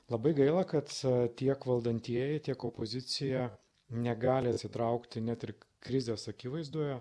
labai gaila kad tiek valdantieji tiek opozicija negali atsitraukti net ir krizės akivaizdoje